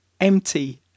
Empty